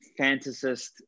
fantasist